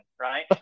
right